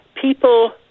people